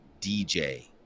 dj